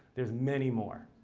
there's many more.